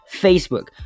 Facebook